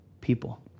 people